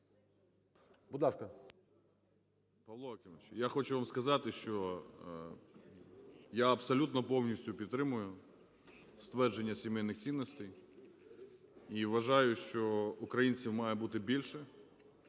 я хочу вам сказати, що я абсолютно повністю підтримую ствердження сімейних цінностей і вважаю, що українців має бути більше,